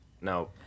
No